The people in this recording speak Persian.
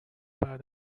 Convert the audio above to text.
بعد